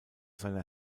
seiner